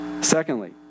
Secondly